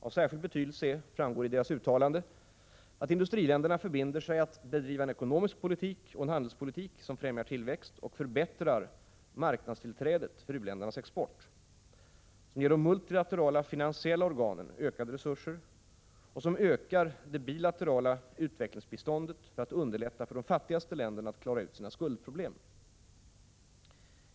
Av särskild betydelse är — framgår av deras uttalande — att industriländerna förbinder sig att: — bedriva en ekonomisk politik och en handelspolitik som främjar tillväxt och förbättrar marknadstillträdet för u-ländernas export, — ge de multilaterala finansiella organen ökade resurser och — öka det bilaterala utvecklingsbiståndet för att underlätta för de fattigaste länderna att klara ut sina skuldproblem.